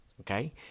Okay